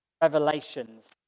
revelations